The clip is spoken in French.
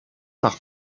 par